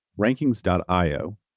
Rankings.io